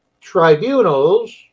tribunals